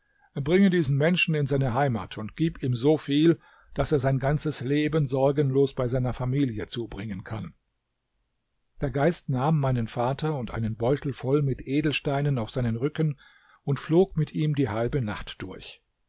bringe diesen menschen in seine heimat und gib ihm so viel daß er sein ganzes leben sorgenlos bei seiner familie zubringen kann der geist nahm meinen vater und einen beutel voll mit edelsteinen auf seinen rücken und flog mit ihm die halbe nacht durch